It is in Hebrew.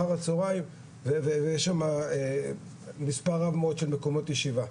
אחר הצהרים ויש שם מספר רמות של מקומות ישיבה.